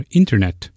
internet